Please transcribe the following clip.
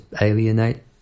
alienate